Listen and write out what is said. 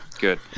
good